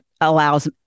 allows